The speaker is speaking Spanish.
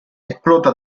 explota